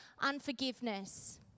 unforgiveness